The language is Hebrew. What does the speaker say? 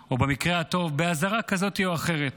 או במקרה הטוב באזהרה כזאת או אחרת.